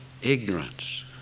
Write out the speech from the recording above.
Ignorance